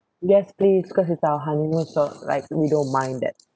yes please cause it's our honeymoon so like we don't mind that